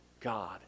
God